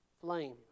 flame